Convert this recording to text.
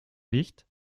nicht